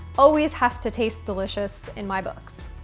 always has to taste delicious in my books.